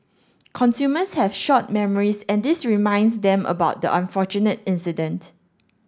consumers have short memories and this reminds them about the unfortunate incident